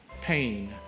pain